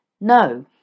no